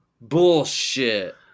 Bullshit